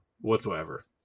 whatsoever